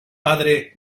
padre